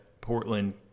Portland –